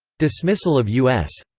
dismissal of u s.